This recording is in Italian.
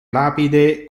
lapide